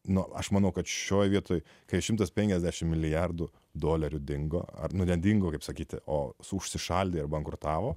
na aš manau kad šioje vietoj kai šimtas penkiasdešimt milijardų dolerių dingo ar nedingo kaip sakyti o su užsišaldė ir bankrutavo